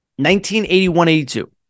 1981-82